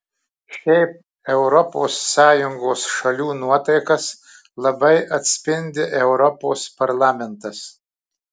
šiaip europos sąjungos šalių nuotaikas labai atspindi europos parlamentas